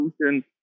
solution